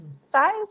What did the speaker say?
size